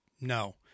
no